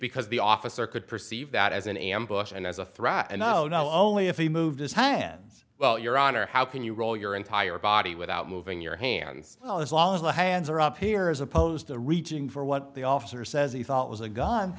because the officer could perceive that as an ambush and as a threat i know not only if he moved his hands well your honor how can you roll your entire body without moving your hands well as long as the hands are up here as opposed to reaching for what the officer says he thought was a gun